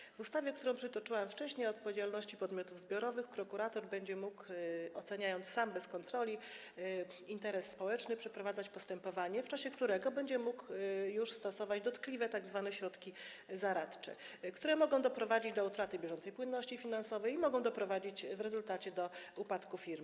W świetle ustawy, którą przytoczyłam wcześniej, o odpowiedzialności podmiotów zbiorowych prokurator będzie mógł, oceniając sam, bez kontroli, interes społeczny, przeprowadzać postępowanie, w czasie którego będzie mógł już stosować dotkliwe tzw. środki zaradcze, które mogą doprowadzić do utraty bieżącej płynności finansowej, mogą doprowadzić w rezultacie do upadku firmy.